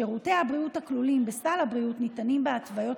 שירותי הבריאות הכלולים בסל הבריאות ניתנים בהתוויות